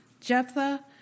Jephthah